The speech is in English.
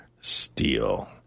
Steel